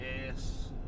Yes